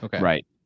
right